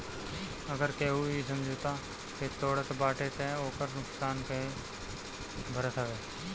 अगर केहू इ समझौता के तोड़त बाटे तअ ओकर नुकसान उहे भरत हवे